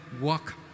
walk